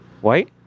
White